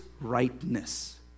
rightness